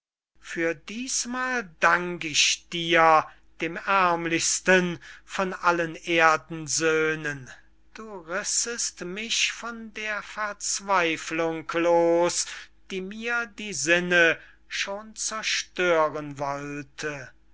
für dießmal dank ich dir dem ärmlichsten von allen erdensöhnen du rissest mich von der verzweiflung los die mir die sinne schon zerstören wollte